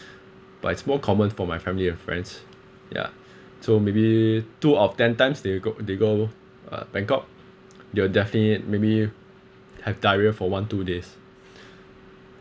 but it's more common for my family and friends ya so maybe two of ten times they go they go uh bangkok they will definitely maybe have diarrhoea for one two days